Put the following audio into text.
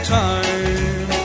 time